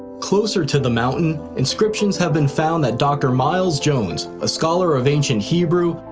closer to the mountain, inscriptions have been found that dr. miles jones, a scholar of ancient hebrew,